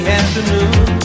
afternoon